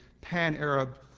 pan-Arab